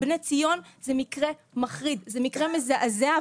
"בני ציון" זה מקרה מחריד, זה מקרה מזעזע.